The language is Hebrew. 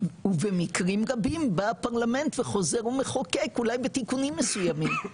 ובמקרים רבים בא הפרלמנט וחוזר ומחוקק אולי בתיקונים מסוימים,